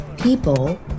people